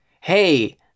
Hey